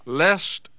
lest